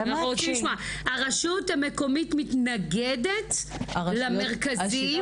--- הרשות המקומית מתנגדת למרכזים?